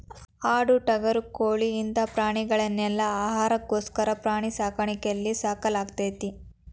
ಆಡು ಟಗರು ಕೋಳಿ ಇಂತ ಪ್ರಾಣಿಗಳನೆಲ್ಲ ಆಹಾರಕ್ಕೋಸ್ಕರ ಪ್ರಾಣಿ ಸಾಕಾಣಿಕೆಯಲ್ಲಿ ಸಾಕಲಾಗ್ತೇತಿ